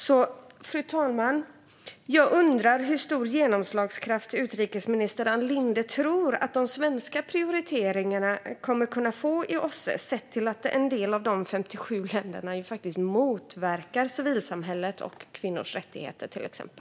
Fru talman! Jag undrar hur stor genomslagskraft utrikesminister Ann Linde tror att de svenska prioriteringarna kommer att kunna få i OSSE sett till att en del av de 57 länderna faktiskt motverkar civilsamhället och kvinnors rättigheter till exempel.